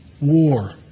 war